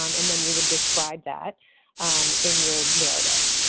um and then you would describe that in your narrative.